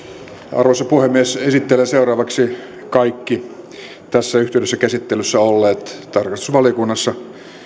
arvoisa puhemies esittelen seuraavaksi kaikki tässä yhteydessä käsittelyssä olleet tarkastusvaliokunnassa